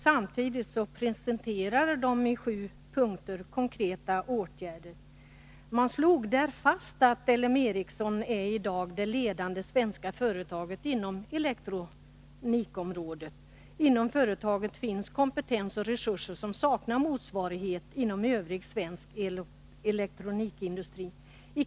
Samtidigt presenterade de i sju punkter förslag till konkreta åtgärder. Man slog därvid fast följande: ”LM E är i dag det ledande svenska företaget inom elektronikområdet. Inom företaget finns kompetens och resurser som saknar motsvarighet inom 11 Riksdagens protokoll 1981/82:140-144 övrig svensk elektronikindustri.